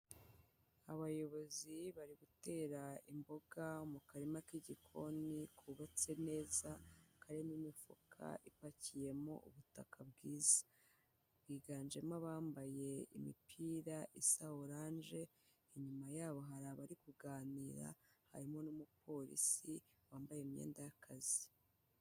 Abayobozi bari gutera imboga mu karima k'igikoni kubabatse neza, karimo imifuka ipakiyemo ubutaka bwiza. Higanjemo abambaye imipira isa oranje, inyuma yabo hari abari kuganira, harimo n'umupolisi, wambaye imyenda y'akazi.